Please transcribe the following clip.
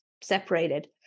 separated